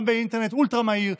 גם באינטרנט אולטרה-מהיר,